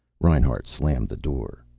reinhart slammed the door.